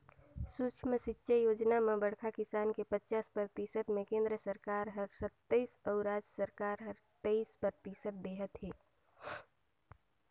सुक्ष्म सिंचई योजना म बड़खा किसान के पचास परतिसत मे केन्द्र सरकार हर सत्तइस अउ राज सरकार हर तेइस परतिसत देहत है